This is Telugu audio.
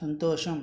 సంతోషం